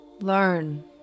learn